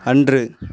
அன்று